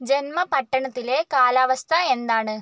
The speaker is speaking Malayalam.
ജന്മപട്ടണത്തിലെ കാലാവസ്ഥ എന്താണ്